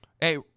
Hey